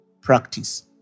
practice